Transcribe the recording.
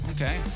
Okay